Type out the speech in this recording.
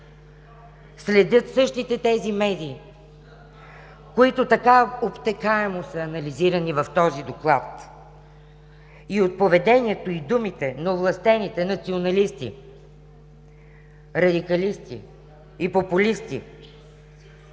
следят същите тези медии, които така обтекаемо са анализирани в този Доклад, и от поведението и думите на овластените националисти, радикалисти и популисти